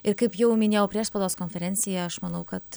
ir kaip jau minėjau prieš spaudos konferenciją aš manau kad